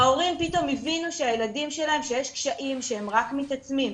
ההורים פתאום הבינו שיש קשיים לילדים שלהם שהם רק מתעצמים,